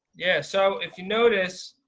yeah, so if you notice,